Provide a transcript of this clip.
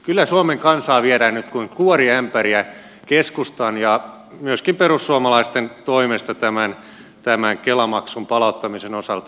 kyllä suomen kansaa viedään nyt kuin kuoriämpäriä keskustan ja myöskin perussuomalaisten toimesta tämän kela maksun palauttamisen osalta